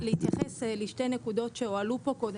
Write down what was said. להתייחס לשתי נקודות שהועלו פה קודם.